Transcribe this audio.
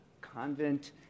Convent